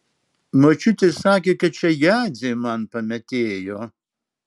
močiutė sakė kad čia jadzė man pametėjo